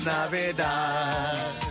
Navidad